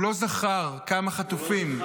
כן, שטרן, הוא לא זכר כמה חטופים יש בשבי.